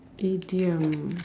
idiom